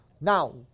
Now